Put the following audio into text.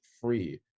free